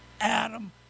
Adam